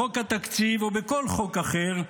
בחוק התקציב או בכל חוק אחר,